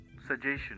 suggestion